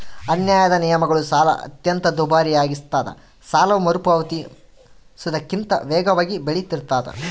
ಅನ್ಯಾಯದ ನಿಯಮಗಳು ಸಾಲ ಅತ್ಯಂತ ದುಬಾರಿಯಾಗಿಸ್ತದ ಸಾಲವು ಮರುಪಾವತಿಸುವುದಕ್ಕಿಂತ ವೇಗವಾಗಿ ಬೆಳಿತಿರ್ತಾದ